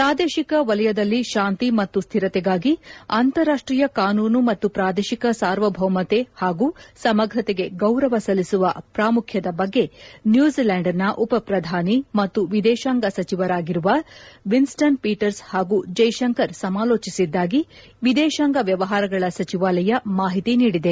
ಪ್ರಾದೇಶಿಕ ವಲಯದಲ್ಲಿ ಶಾಂತಿ ಮತ್ತು ಸ್ಥಿರತೆಗಾಗಿ ಅಂತಾರಾಷ್ಷೀಯ ಕಾನೂನು ಮತ್ತು ಪ್ರಾದೇಶಿಕ ಸಾರ್ವಭೌಮತೆ ಹಾಗೂ ಸಮಗ್ರತೆಗೆ ಗೌರವ ಸಲ್ಲಿಸುವ ಪ್ರಾಮುಖ್ಯದ ಬಗ್ಗೆ ನ್ಯೂಜಿಲ್ದಾಂಡ್ನ ಉಪಪ್ರಧಾನಿ ಮತ್ತು ವಿದೇಶಾಂಗ ಸಚಿವರಾಗಿರುವ ವಿನ್ಸ್ಟನ್ ಪೀಟರ್ನ್ ಹಾಗೂ ಜೈಶಂಕರ್ ಸಮಾಲೋಚಿಸಿದ್ದಾಗಿ ವಿದೇಶಾಂಗ ವ್ಲವಹಾರಗಳ ಸಚಿವಾಲಯ ಮಾಹಿತಿ ನೀಡಿದೆ